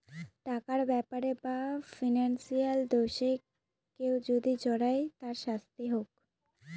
টাকার ব্যাপারে বা ফিনান্সিয়াল দোষে কেউ যদি জড়ায় তার শাস্তি হোক